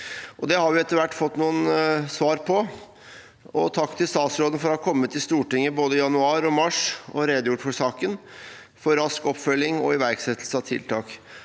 Det har vi etter hvert fått noen svar på. Takk til statsråden for å ha kommet til Stortinget både i januar og mars og redegjort for saken og for rask oppfølging og iverksettelse av tiltak.